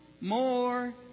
more